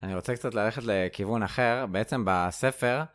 אני רוצה קצת ללכת לכיוון אחר, בעצם בספר.